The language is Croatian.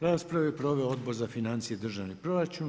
Raspravu je proveo Odbor za financije i državni proračun.